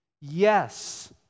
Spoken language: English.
Yes